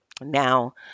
Now